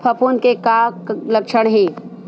फफूंद के का लक्षण हे?